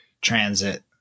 transit